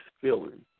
feeling